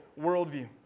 worldview